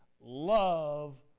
love